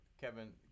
Kevin